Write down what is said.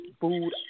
food